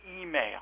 email